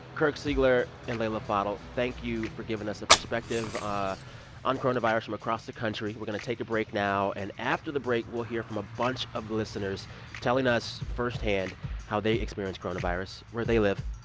kirk siegler and leila fadel, thank you for giving us a perspective ah on coronavirus from across the country. we're going to take a break now. and after the break, we'll hear from a bunch of listeners telling us firsthand how they experience coronavirus where they live.